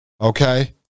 Okay